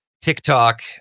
TikTok